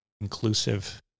inclusive